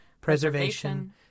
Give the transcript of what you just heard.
preservation